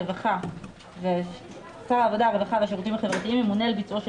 הרווחה והשירותים החברתיים ימונה לביצועו של